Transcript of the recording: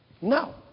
no